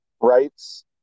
rights